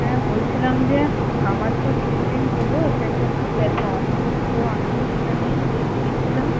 হ্যাঁ বলছিলাম যে আমার তো কিছুদিন হলো পেটে খুব ব্যাথা হচ্ছে তো আমি এখানেই দেখিয়েছিলাম